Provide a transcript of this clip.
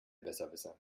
besserwisser